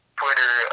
Twitter